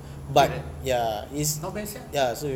is it not bad sia